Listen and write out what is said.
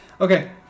Okay